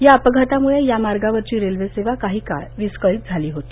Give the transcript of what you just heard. या अपघातामुळे या मार्गावरची रेल्वे सेवा काही काल विस्कळीत झाली होती